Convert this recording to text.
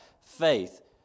faith